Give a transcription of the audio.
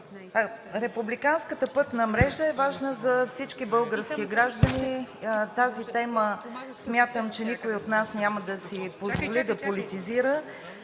Републиканската пътна мрежа е важна за всички български граждани. Тази тема смятам, че никой от нас няма да си позволи да политизира,